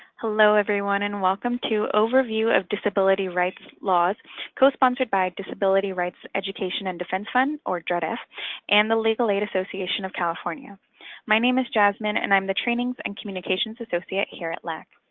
hello everyone and welcome to overview of disability rights laws co-sponsored by disability rights education and defense fund or dredf and the legal aid association of california my name is jasmine, and i'm the training and communications associate here at laac.